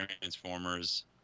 Transformers